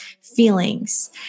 feelings